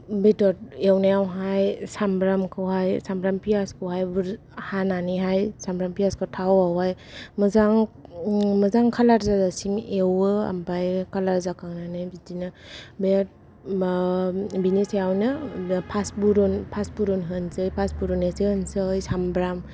बेदर एवनायाव हाय सामब्रामखौ हाय सामब्राम प्यास खौ हाय बुर हानानैहाय सामब्राम प्यासखौ हाय थाव आव हाय मोजां मोजां खालार जाजासिम ऐवो ओमफ्राय खालार जाखांनानै बिदिनो बे बेनि सायावनो पासफुरन फासफुरन होनोसै एसे होसै सामब्राम